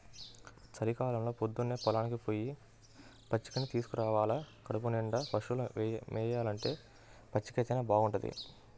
చలికాలంలో పొద్దన్నే పొలానికి పొయ్యి పచ్చికని తీసుకురావాల కడుపునిండా పశువులు మేయాలంటే పచ్చికైతేనే బాగుంటది